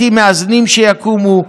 בתים מאזנים שיקומו,